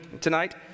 tonight